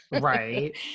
Right